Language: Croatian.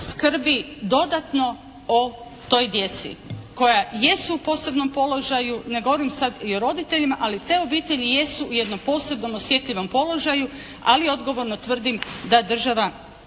skrbi dodatno o toj djeci koja jesu u posebnom položaju? Ne govorim sad o roditeljima, ali te obitelji jesu u jednom posebno osjetljivom položaju. Ali odgovorno tvrdim da država